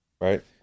Right